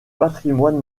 patrimoine